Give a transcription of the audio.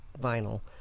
vinyl